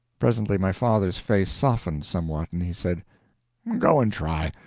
presently my father's face softened somewhat, and he said go and try.